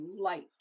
light